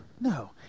No